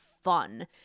fun